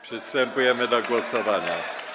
Przystępujemy do głosowania.